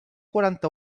quaranta